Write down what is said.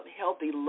healthy